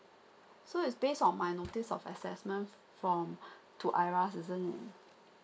so it's based on my notice of assessment form to IRAS isn't